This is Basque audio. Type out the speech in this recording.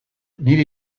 nire